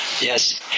Yes